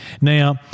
Now